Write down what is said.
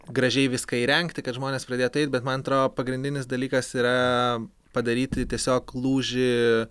gražiai viską įrengti kad žmonės pradėtų eiti bet man atrodo pagrindinis dalykas yra padaryti tiesiog lūžį